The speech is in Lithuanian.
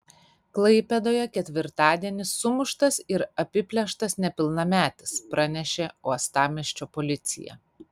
klaipėdoje ketvirtadienį sumuštas ir apiplėštas nepilnametis pranešė uostamiesčio policija